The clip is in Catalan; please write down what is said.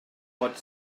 pot